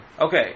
Okay